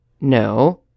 No